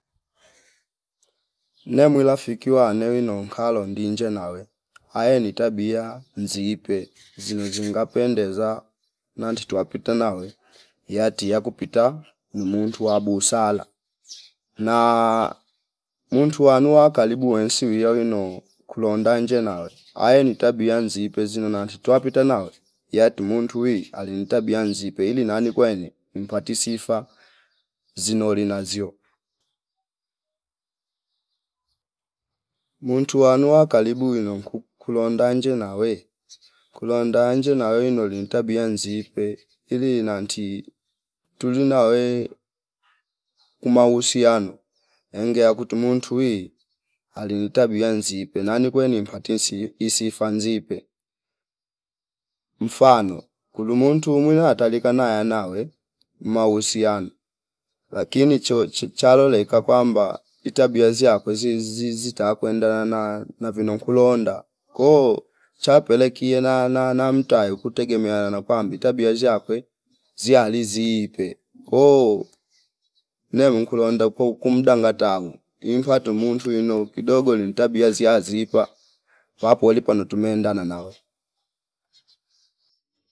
Nemwila fiki wanewino kalo ndinje nawe aye ni tabia nziipe zino zingapendeza nandi tiwapite nawe yati yakupita nu muntu wa busala na muntu wanua kalibu wensi wiya wino kulonda nje nawe aee ni tabia nzipe zinona nditwa pite nawe yatu mundu wii ali ni tabia nzipe ili na ni kwene mpati sifa zinolina zio. Muntu wanu wa kalibu wino ku- kulondanje nawe kulondanje nawe wino nili ntabia nzipe ili inandii tuli nawe ku mahusiano enge yakutu muntu wii ali ni tabia nzipe nani kweni nimpatie sii isifa nzipe mfano kulu muntu mwila atali kana yanawe mahusiano lakini chowo chi chaloleka kwamba itabia ziyakwe zizi- zizitakwe enda na navino nkulonda ko chapeliki kie na- na- na- namtayo kutegemeana na kwamba itabia zshakwe zializi ziipe koo ne mkulonda kwa ukumdaa ngatau impa tumuntu wino kidogo ni tabia ziyazipa wapo lipo notumeenda nawe.